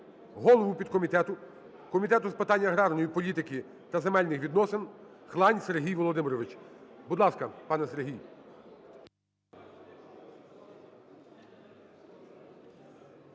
голову підкомітету Комітету з питань аграрної політики та земельних відносин, Хлань Сергій Володимирович. Будь ласка, пане Сергій.